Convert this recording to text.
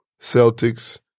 Celtics